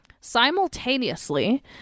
Simultaneously